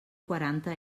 quaranta